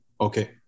okay